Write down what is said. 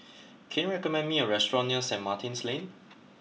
can you recommend me a restaurant near Saint Martin's Lane